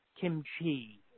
kimchi